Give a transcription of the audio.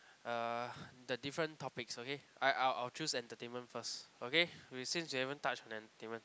ah the different topics okay I I'll choose entertainment first okay we since we haven't touched on entertainment